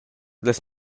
las